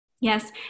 Yes